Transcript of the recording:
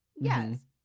yes